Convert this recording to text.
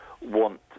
want